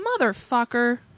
Motherfucker